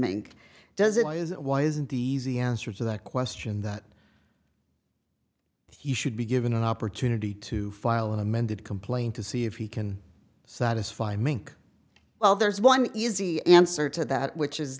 mink does it why is it why isn't easy answer to that question that he should be given an opportunity to file an amended complaint to see if he can satisfy mink well there's one easy answer to that which is